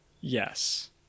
Yes